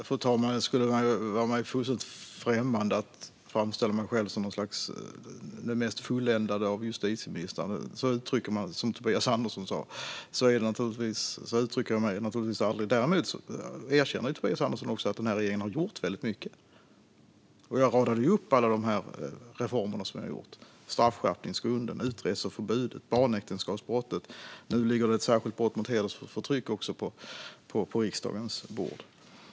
Fru talman! Det vore mig fullständigt främmande att framställa mig själv som den mest fulländade av justitieministrar, som Tobias Andersson sa. Så uttrycker jag mig naturligtvis aldrig. Däremot har den här regeringen - och det erkänner Tobias Andersson också - gjort väldigt mycket. Jag radade upp alla de reformer vi har gen-omfört. Det gäller straffskärpningsgrunden, utreseförbudet och barnäktenskapsbrottet. Nu ligger det också ett särskilt förslag på riksdagens bord om att göra hedersförtryck till ett brott.